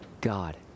God